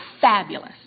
fabulous